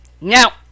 Now